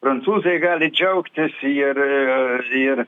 prancūzai gali džiaugtis ir ir